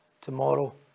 tomorrow